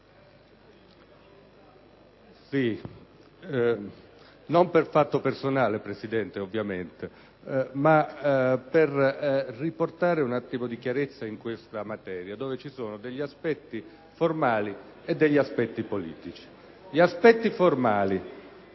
non per fatto personale, ovviamente, ma per riportare un po' di chiarezza in questa materia dove ci sono degli aspetti formali e degli aspetti politici. Gli aspetti formali: